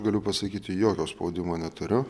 galiu pasakyti jokio spaudimo neturiu